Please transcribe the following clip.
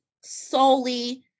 solely